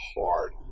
hard